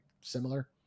similar